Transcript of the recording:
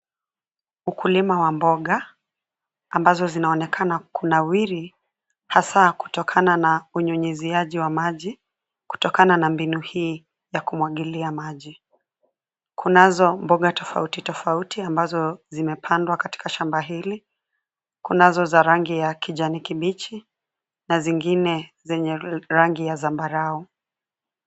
Ukulima wa mboga, ambazo zinaonekana kunawiri, hasaa kutokana na unyunyiziaji wa maji, kutokana na mbinu hii, ya kumwagilia maji, kunazo mboga tofauti tofauti ambazo zimepandwa katika shamba hili, kunazo za rangi ya kijani kibichi, na zingine zenye rangi ya zambarau.